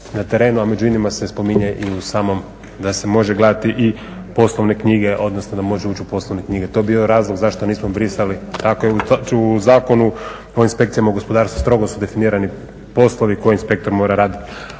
a među inima se spominje i u samom, da se može gledati i poslovne knjige, odnosno da može ući u poslovne knjige. To bi bio razlog zašto nismo brisali, ako je u Zakonu o inspekcijama u gospodarstvu strogo su definirani poslovni koje inspektor mora raditi.